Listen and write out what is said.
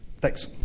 Thanks